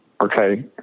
okay